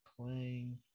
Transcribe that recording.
playing